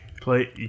Play